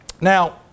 Now